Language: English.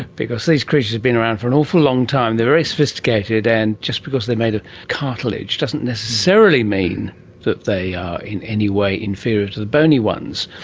because these creatures have been around for an awful long time. they are very sophisticated, and just because they are made of cartilage doesn't necessarily mean that they are in any way inferior to the bony ones.